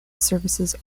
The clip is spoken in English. services